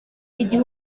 igihe